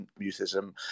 mutism